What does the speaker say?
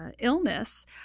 illness